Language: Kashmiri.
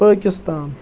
پٲکِستان